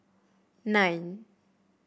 nine